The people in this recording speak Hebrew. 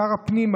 שר הפנים,